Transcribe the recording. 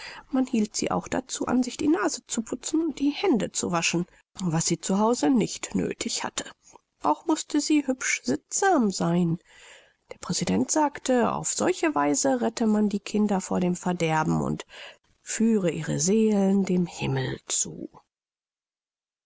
man hielt sie auch dazu an sich die nase zu putzen und die hände zu waschen was sie zu hause nicht nöthig hatte auch mußte sie hübsch sittsam sein der präsident sagte auf solche weise rette man die kinder von dem verderben und führe ihre seelen dem himmel zu